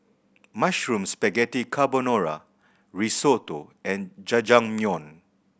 Mushroom Spaghetti Carbonara Risotto and Jajangmyeon